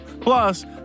Plus